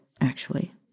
actually